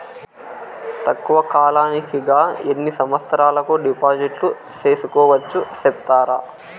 తక్కువ కాలానికి గా ఎన్ని సంవత్సరాల కు డిపాజిట్లు సేసుకోవచ్చు సెప్తారా